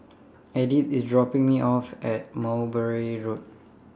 Edyth IS dropping Me off At Mowbray Road